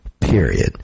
period